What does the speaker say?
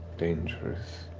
dangerous.